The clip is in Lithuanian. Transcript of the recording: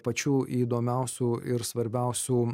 pačių įdomiausių ir svarbiausių